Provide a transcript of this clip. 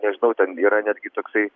nežinau ten yra netgi toksai